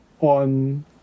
on